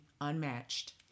unmatched